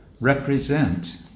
represent